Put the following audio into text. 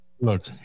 Look